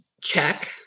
check